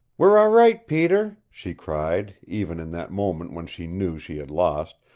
we're all right, peter, she cried, even in that moment when she knew she had lost.